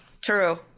true